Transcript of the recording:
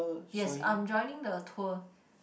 yes I'm joining the tour